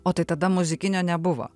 o tai tada muzikinio nebuvo